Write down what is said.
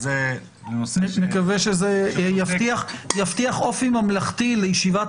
נקווה שזה יבטיח אופי ממלכתי לישיבת